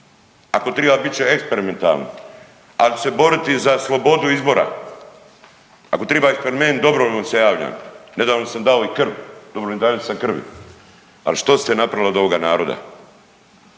Ako triba bit će eksperimentalno, ali ću se boriti za slobodu izbora, ako triba eksperiment dobrovoljno se javljam. Nedavno sam dao i krv dobrovoljni sam davatelj krvi, ali što ste napravili od ovoga naroda?